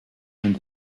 and